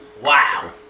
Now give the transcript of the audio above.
Wow